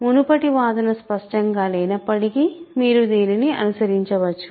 మునుపటి వాదన స్పష్టంగా లేనప్పటికీ మీరు దీన్ని అనుసరించవచ్చు